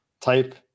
type